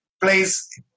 place